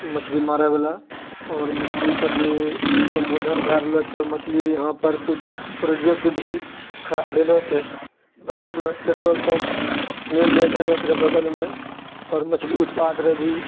मछली मारै बला आओर मछली पर जे सम्बोधन भए रहलो छै ओहि मछलीरे यहाँ पर किछु प्रोजेक्ट भी खड़ा भेलो छै बगलमे petrol pump main road N H रे बगलमे आओर मछली उत्पादरे भी